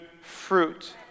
fruit